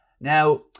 Now